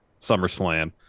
SummerSlam